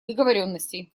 договоренностей